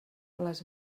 les